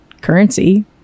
currency